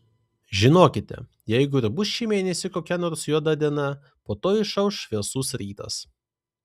žinokite jeigu ir bus šį mėnesį kokia nors juoda diena po to išauš šviesus rytas